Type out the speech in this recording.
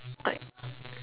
like